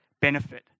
benefit